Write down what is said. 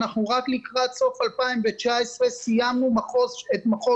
רק לקראת סוף 2019 אנחנו סיימנו את מחוז